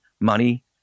money